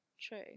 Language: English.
True